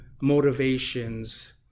motivations